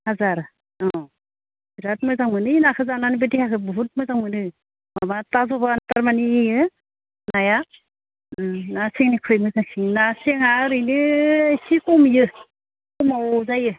हाजार औ बिरात मोजां मोनो नाखौ जानानैबो देहाखौ बुहुत मोजां मोनो माबा थारमाने बेयो नाया ओम ना सेंनिफ्राय ना सेंआ ओरैनो एसे खम बेयो खमाव जायो